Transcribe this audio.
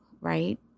right